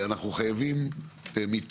ולכן,